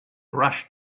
rush